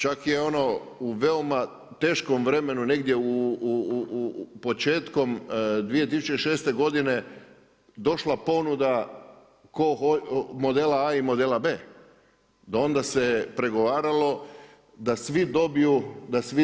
Čak je ono u veoma teškom vremenu negdje početkom 2006. godine došla ponuda modela A i modela B. Do onda se pregovaralo da svi dobiju sve.